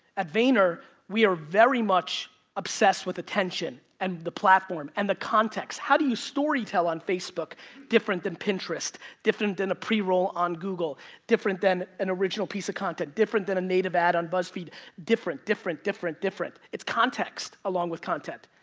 at vayner we are very much obsessed with attention and the platform and the context. how do you story tell on facebook different than pinterest different than a pre-roll on google different than an original piece of content different than a native ad on buzzfeed different, different, different, different. it's context along with content.